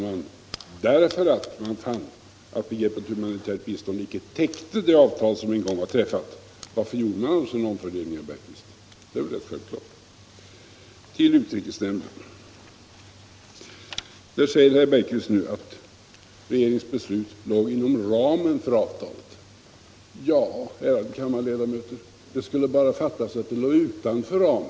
Man fann att begreppet humanitärt bistånd inte täckte de avtal som en gång träffats. Därför gjorde man en omfördelning. Det är väl rätt självklart. Beträffande utrikesnämnden anför herr Bergqvist att regeringens beslut låg inom ramen för avtalet. Ja, ärade kammarledamöter, det skulle bara fattas att det låg utanför ramen.